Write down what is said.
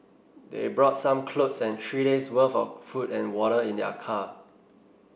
they brought some clothes and three days' worth of food and water in their car